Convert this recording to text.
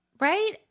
Right